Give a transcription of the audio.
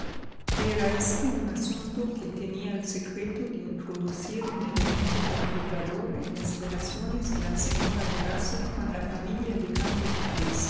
era este un asunto que tenía el secreto de introducir un elemento perturbador en las relaciones de la señora de rusell con la familia de